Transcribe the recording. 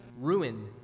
ruin